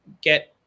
get